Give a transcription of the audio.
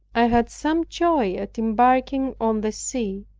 i had some joy at embarking on the sea.